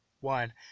one